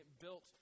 built